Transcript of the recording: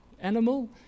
animal